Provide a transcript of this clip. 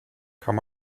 kann